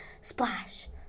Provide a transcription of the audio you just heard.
splash